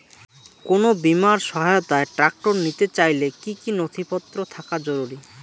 কোন বিমার সহায়তায় ট্রাক্টর নিতে চাইলে কী কী নথিপত্র থাকা জরুরি?